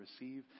receive